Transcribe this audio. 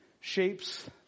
shapes